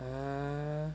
err